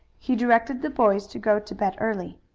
he directed the boys to go to bed early.